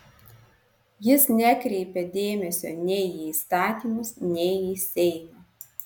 jis nekreipia dėmesio nei į įstatymus nei į seimą